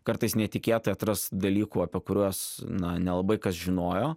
kartais netikėtai atras dalykų apie kuriuos na nelabai kas žinojo